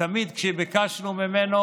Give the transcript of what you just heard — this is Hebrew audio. תמיד כשביקשנו ממנו